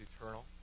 eternal